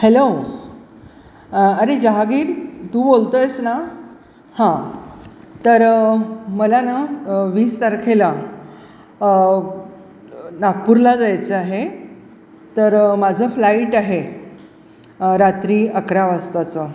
hello अरे जहागीर तू बोलतो आहेस ना हां तर मला ना वीस तारखेला नागपूरला जायचं आहे तर माझं फ्लाइट आहे रात्री अकरा वाजताचं